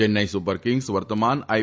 Chennai super kings વર્તમાન I